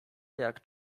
jak